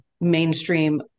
mainstream